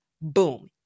Boom